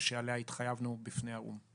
ושעליה התחייבנו בפני האו"ם.